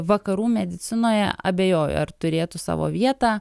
vakarų medicinoje abejoja ar turėtų savo vietą